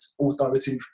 authoritative